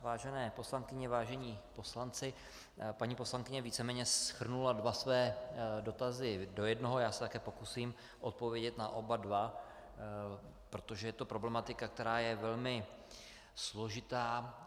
Vážené poslankyně, vážení poslanci, paní poslankyně víceméně shrnula dva své dotazy do jednoho, já se také pokusím odpovědět na oba dva, protože je to problematika, která je velmi složitá.